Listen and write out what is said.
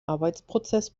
arbeitsprozess